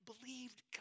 believed